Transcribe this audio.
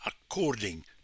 according